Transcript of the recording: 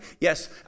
Yes